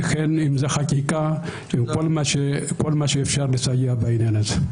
אם זה חקיקה וכל מה שאפשר לסייע בעניין הזה.